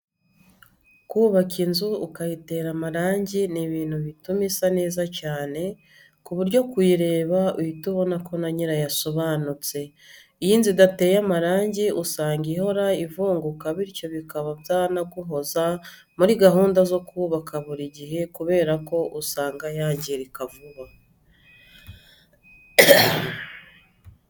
Kubaka inzu ukayitera amarangi ni ibintu bituma isa neza cyane ku buryo kuyireba uhita ubona ko na nyirayo asobanutse. Iyo inzu idateye amarangi usanga ihora ivunguka bityo bikaba byanaguhoza muri gahunda zo kubaka buri gihe kubera ko usanga yangirika vuba.